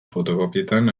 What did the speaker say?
fotokopietan